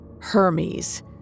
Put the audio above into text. Hermes